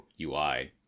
UI